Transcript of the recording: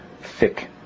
thick